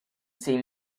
see